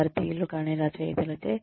భారతీయులు కాని రచయితలచే